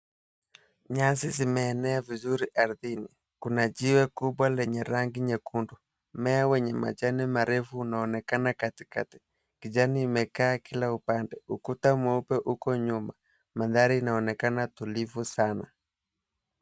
Nyasi zimeenea vizuri ardhini. Kuna jiwe kubwa lenye rangi nyekundu. Mmea wenye majani marefu unaonekana katikati. Kijani imeenea kila upande. Ukuta mweupe uko nyuma. Manthari inaonekana tulivu sana.